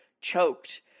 choked